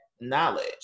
knowledge